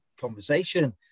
conversation